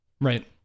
Right